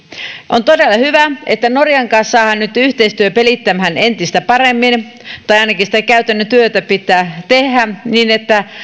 on todella hyvä että norjan kanssa saadaan nyt yhteistyö pelittämään entistä paremmin tai ainakin sitä käytännön työtä pitää tehdä niin että